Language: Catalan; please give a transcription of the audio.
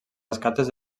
escates